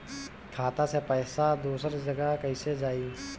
खाता से पैसा दूसर जगह कईसे जाई?